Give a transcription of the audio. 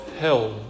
hell